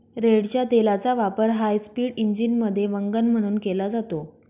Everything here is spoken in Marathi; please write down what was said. रेडच्या तेलाचा वापर हायस्पीड इंजिनमध्ये वंगण म्हणून केला जातो